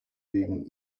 wegen